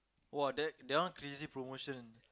!wah! that that one crazy promotion